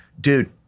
Dude